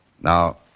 Now